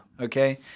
Okay